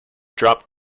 dropped